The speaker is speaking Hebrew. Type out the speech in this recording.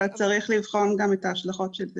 אבל צריך לבחון גם את ההשלכות של זה,